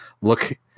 look